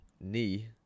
knee